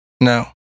No